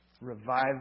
Revive